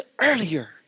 earlier